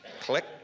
click